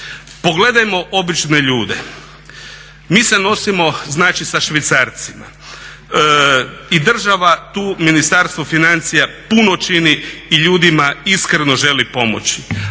Pogledajmo obične ljude, mi se nosimo sa švicarcima i država tu Ministarstvo financija puno čini i ljudima iskreno želi pomoći.